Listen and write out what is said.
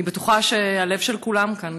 אני בטוחה שהלב של כולם כאן,